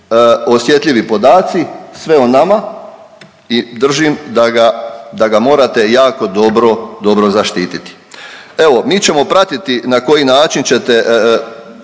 osjetljivi podaci, sve o nama i držim da ga, da ga morate jako dobro, dobro zaštititi. Evo mi ćemo pratiti na koji način ćete